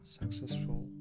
successful